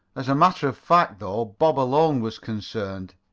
as a matter of fact, though, bob alone was concerned.